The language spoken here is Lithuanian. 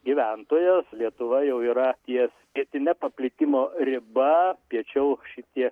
gyventojas lietuva jau yra ties pietine paplitimo riba piečiau šitie